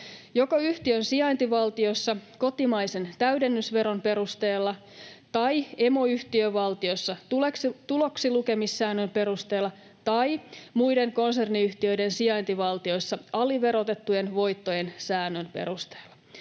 joko yhtiön sijaintivaltiossa kotimaisen täydennysveron perusteella tai emoyhtiövaltiossa tuloksilukemissäännön perusteella tai muiden konserniyhtiöiden sijaintivaltioissa aliverotettujen voittojen säännön perusteella.